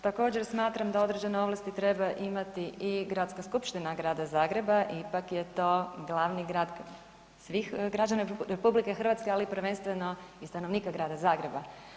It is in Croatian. Također, smatram da određene ovlasti treba imati i gradska skupština Grada Zagreba, ipak je to glavni grad svih građana RH, ali i prvenstveno i stanovnika grada Zagreba.